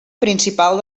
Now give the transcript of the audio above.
principal